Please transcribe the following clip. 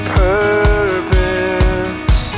purpose